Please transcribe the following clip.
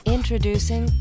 Introducing